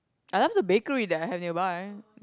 I love the bakery that I have nearby